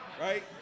Right